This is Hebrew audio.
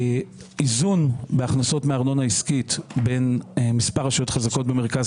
איזון בהכנסות מארנונה עסקית בין מספר רשויות חזקות במרכז